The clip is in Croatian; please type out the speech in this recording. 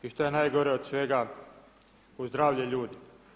I što je najgore od svega po zdravlja ljudi.